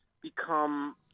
become